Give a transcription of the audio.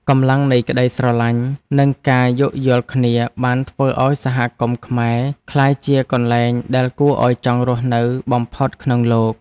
កម្លាំងនៃក្ដីស្រឡាញ់ និងការយោគយល់គ្នាបានធ្វើឱ្យសហគមន៍ខ្មែរក្លាយជាកន្លែងដែលគួរឱ្យចង់រស់នៅបំផុតក្នុងលោក។